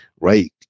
right